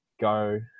go